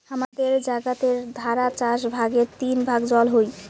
হামাদের জাগাতের ধারা চার ভাগের তিন ভাগ জল হই